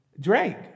Drake